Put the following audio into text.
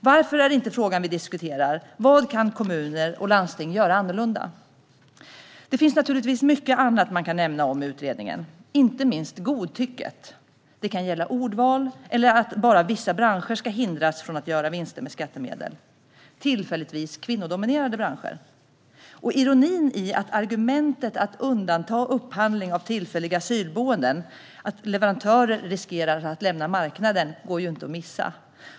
Varför är inte frågan som vi diskuterar: Vad kan kommuner och landsting göra annorlunda? Det finns naturligtvis mycket annat i utredningen som man kan nämna, inte minst godtycket. Det kan gälla ordval eller att bara vissa branscher ska hindras från att göra vinster med skattemedel - tillfälligtvis kvinnodominerade branscher. Och ironin i argumentet att undanta upphandling av tillfälliga asylboenden för att leverantörer riskerar att lämna marknaden går inte att missa.